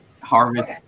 harvest